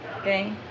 okay